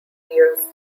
years